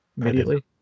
immediately